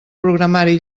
programari